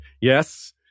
Yes